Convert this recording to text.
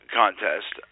contest